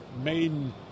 main